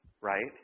right